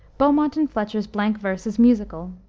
beaumont and fletcher's blank verse is musical,